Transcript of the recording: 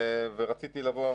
ורציתי לבוא.